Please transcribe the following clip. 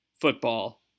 football